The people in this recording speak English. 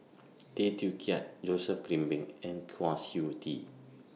Tay Teow Kiat Joseph Grimberg and Kwa Siew Tee